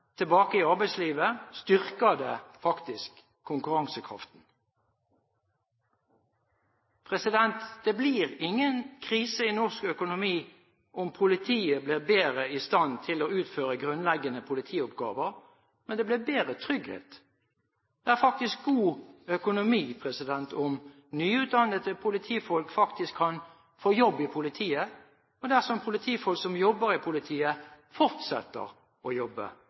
tilbake i arbeidslivet, styrker det faktisk konkurransekraften. Det blir ingen krise i norsk økonomi om politiet blir bedre i stand til å utføre grunnleggende politioppgaver, men det blir bedre trygghet. Det er faktisk god økonomi om nyutdannede politifolk kan få jobb i politiet, og dersom politifolk som jobber i politiet, fortsetter å jobbe